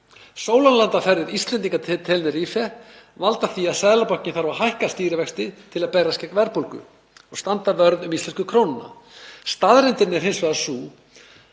Sólarlandaferðir Íslendinga til Tenerife valda því að Seðlabankinn þarf að hækka stýrivexti til að berjast gegn verðbólgu og standa vörð um íslensku krónuna. Staðreyndin er hins vegar sú